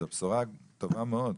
זו בשורה טובה מאוד.